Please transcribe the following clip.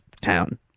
town